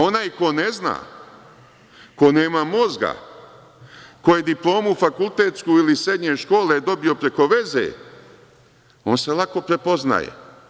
Onaj ko ne zna, ko nema mozga, ko je diplomu fakultetsku ili srednje škole dobio preko veze, on se lako prepoznaje.